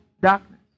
Darkness